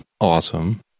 Awesome